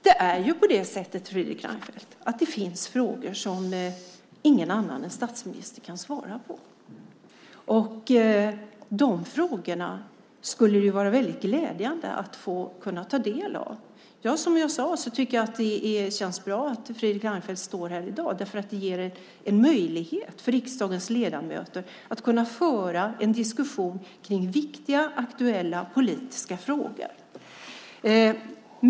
Det är ju så, Fredrik Reinfeldt, att det finns frågor som ingen annan än statsministern kan svara på, och det skulle vara mycket glädjande att kunna ta del av de svaren. Som jag sade känns det bra att Fredrik Reinfeldt är här i dag eftersom det ger möjlighet för riksdagens ledamöter att kunna föra en diskussion om viktiga aktuella politiska frågor.